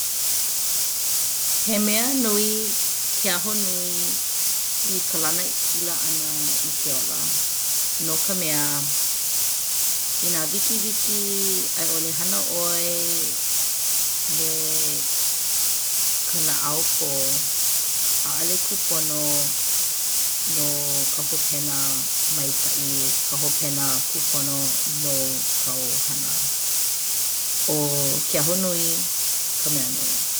He mea nui ke ahonui i ka lanakila ʻana i ke ola no ka mea inā wikiwiki a i ʻole hana ʻoe me ka naʻaupō, ʻaʻole kūpono no ka hopena maikaʻi, ka hopena kūpono no kāu hana. ʻO ke ahonui ka mea nui.